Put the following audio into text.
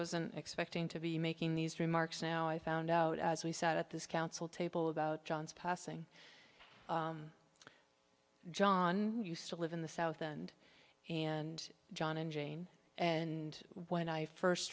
wasn't expecting to be making these remarks now i found out as we sat at this council table about john's passing john used to live in the south and and john and jane and when i first